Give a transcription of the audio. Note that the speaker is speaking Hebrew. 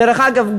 דרך אגב,